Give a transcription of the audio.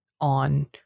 on